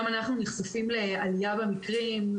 גם אנחנו נחשפים לעלייה במקרים,